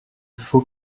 faut